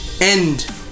end